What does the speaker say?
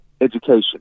education